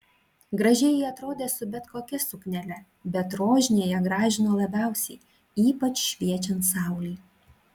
gražiai ji atrodė su bet kokia suknele bet rožinė ją gražino labiausiai ypač šviečiant saulei